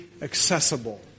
accessible